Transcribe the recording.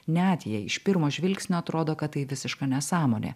net jei iš pirmo žvilgsnio atrodo kad tai visiška nesąmonė